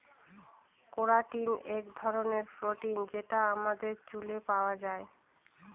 keratin এক ধরনের protein যেটা আমাদের চুলে পাওয়া যায়